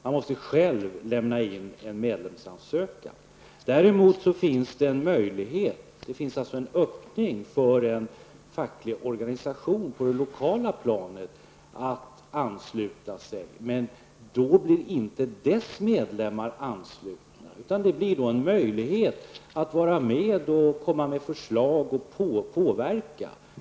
Man måste själv lämna in en medlemsansökan. Däremot ges en öppning för en facklig organisation på det lokala planet att ansluta sig. Men då blir inte den organisationens medlemmar anslutna. Anslutningen ger en möjlighet för den fackliga organisationen att komma med förslag och påverka.